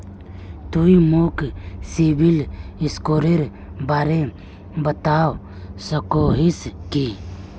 तुई मोक सिबिल स्कोरेर बारे बतवा सकोहिस कि?